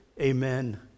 amen